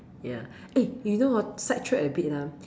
ya eh you know hor side track a bit ah